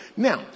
Now